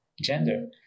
gender